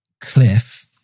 Cliff